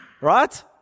right